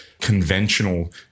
conventional